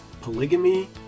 polygamy